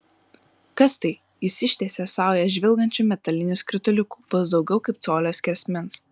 kas tai jis ištiesė saują žvilgančių metalinių skrituliukų vos daugiau kaip colio skersmens